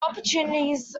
opportunities